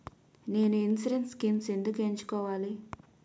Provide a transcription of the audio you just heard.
నేను insurance schemes ఎందుకు ఎంచుకోవాలి?